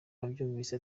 abyumvise